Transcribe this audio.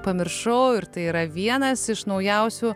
pamiršau ir tai yra vienas iš naujausių